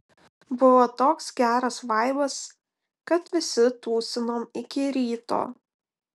buvo toks geras vaibas kad visi tūsinom iki ryto